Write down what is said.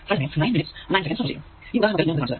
ഈ ഉദാഹരണത്തിൽ ഞാൻ അത് കാണിച്ചു തരാം